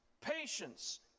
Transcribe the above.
patience